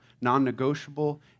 non-negotiable